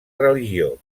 religió